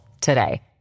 today